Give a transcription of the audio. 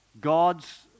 God's